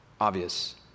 Obvious